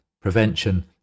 prevention